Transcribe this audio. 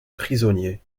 prisonniers